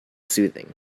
soothing